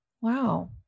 Wow